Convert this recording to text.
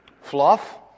fluff